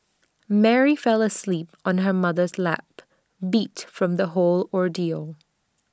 Mary fell asleep on her mother's lap beat from the whole ordeal